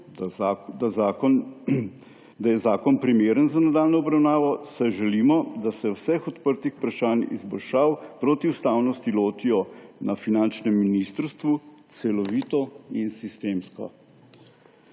da je zakon primeren za nadaljnjo obravnavo, saj želimo, da se vseh odprtih vprašanj, izboljšav protiustavnosti lotijo na finančnem ministrstvu celovito in sistemsko.